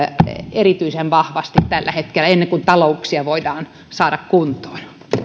erityisen vahvasti tällä hetkellä ennen kuin talouksia voidaan saada kuntoon